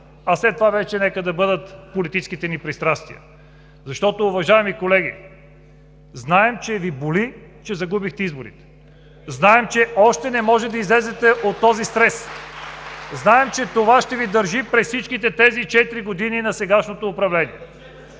а след това нека вече да бъдат политическите ни пристрастия. Защото, уважаеми колеги, знаем, че Ви боли, че загубихте изборите. Знаем, че още не може да излезете от този стрес. (Ръкопляскания от ГЕРБ.) Знаем, че това ще Ви държи през всичките тези четири години на сегашното управление.